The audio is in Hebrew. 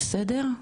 בסדר?